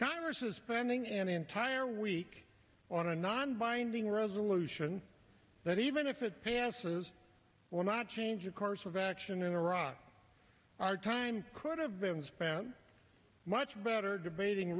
congress is spending an entire week on a non binding resolution that even if it passes will not change the course of action in iraq our time could have been spent much better debating